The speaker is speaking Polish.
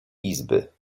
izby